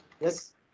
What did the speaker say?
Yes